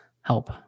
help